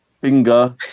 Finger